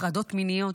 הטרדות מיניות,